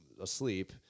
asleep